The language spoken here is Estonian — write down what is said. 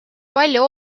palju